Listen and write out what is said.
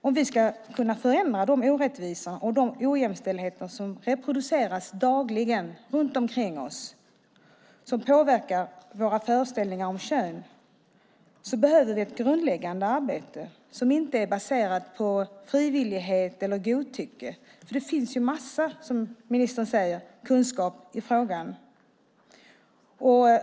Om vi ska kunna förändra de orättvisor och ojämställdheter som reproduceras dagligen runt omkring oss och som påverkar våra föreställningar om kön behöver vi ett grundläggande arbete som inte är baserat på frivillighet eller godtycke, för det finns en massa kunskap i frågan, som ministern säger.